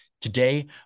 today